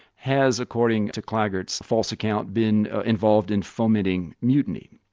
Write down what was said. has, according to claggart's false account, been involved in fomenting mutiny.